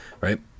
right